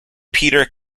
peter